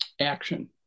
action